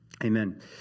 Amen